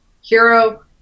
hero